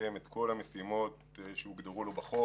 ומיישם את כל המשימות שהוגדרו לו בחוק.